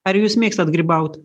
ar jūs mėgstat grybaut